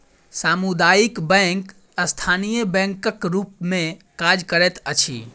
सामुदायिक बैंक स्थानीय बैंकक रूप मे काज करैत अछि